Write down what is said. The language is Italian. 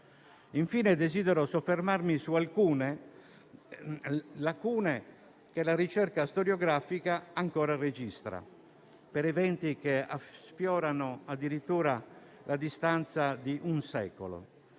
Infine, desidero soffermarmi su alcune lacune che la ricerca storiografica ancora registra per eventi che affiorano addirittura a distanza di un secolo.